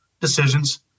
decisions